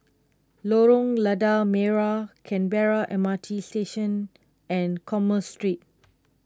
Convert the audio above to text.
Lorong Lada Merah Canberra M R T Station and Commerce Street